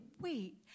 wait